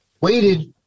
waited